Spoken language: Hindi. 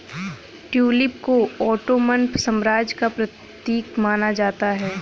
ट्यूलिप को ओटोमन साम्राज्य का प्रतीक माना जाता है